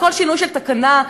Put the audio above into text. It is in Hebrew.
בכל שינוי של תקנה,